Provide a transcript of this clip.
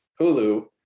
Hulu